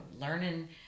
learning